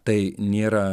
tai nėra